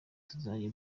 tuzajya